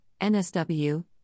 NSW